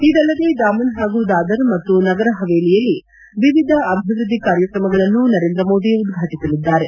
ಇದಲ್ಲದೆ ಡಾಮನ್ ಪಾಗೂ ದಾದರ್ ಮತ್ತು ನಗರ ಪಾವೆಲಿಯಲ್ಲಿ ವಿವಿಧ ಅಭಿವ್ದದ್ಲಿ ಕಾರ್ಯಕ್ರಮಗಳನ್ನು ನರೇಂದ್ರ ಮೋದಿ ಉದ್ವಾಟಿಸಲಿದ್ದಾರೆ